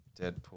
Deadpool